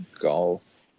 Golf